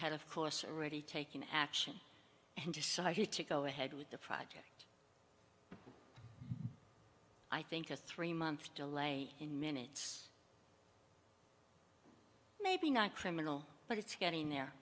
had of course already taken action and decided to go ahead with the project i think a three month delay in minutes maybe not criminal but it's getting there